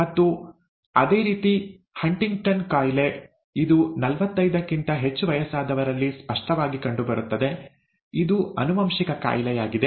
ಮತ್ತು ಅದೇ ರೀತಿ ಹಂಟಿಂಗ್ಟನ್ ಕಾಯಿಲೆ ಇದು ನಲವತ್ತೈದಕ್ಕಿಂತ ಹೆಚ್ಚು ವಯಸ್ಸಾದವರಲ್ಲಿ ಸ್ಪಷ್ಟವಾಗಿ ಕಂಡುಬರುತ್ತದೆ ಇದು ಆನುವಂಶಿಕ ಕಾಯಿಲೆಯಾಗಿದೆ